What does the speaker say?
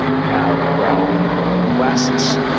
we have realm requests.